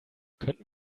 könnten